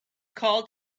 called